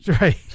Right